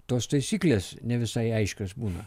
tos taisyklės ne visai aiškios būna